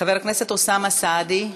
חבר הכנסת אוסאמה סעדי,